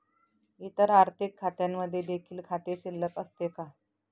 इतर आर्थिक खात्यांमध्ये देखील खाते शिल्लक असते का?